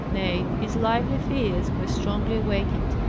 nay, his lively fears, were strongly awakened,